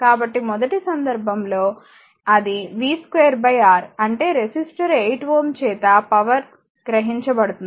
కాబట్టి మొదటి సందర్భంలో అది v2 R అంటే రెసిస్టర్ 8Ω చేత పవర్ గ్రహించబడుతుంది